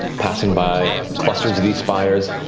passing by clusters of these spires.